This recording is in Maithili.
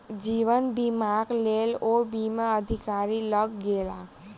जीवन बीमाक लेल ओ बीमा अधिकारी लग गेला